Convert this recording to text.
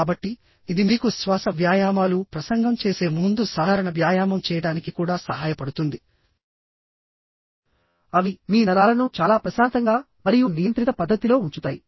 కాబట్టిఇది మీకు శ్వాస వ్యాయామాలుప్రసంగం చేసే ముందు సాధారణ వ్యాయామం చేయడానికి కూడా సహాయపడుతుంది అవి మీ నరాలను చాలా ప్రశాంతంగా మరియు నియంత్రిత పద్ధతిలో ఉంచుతాయి